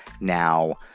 Now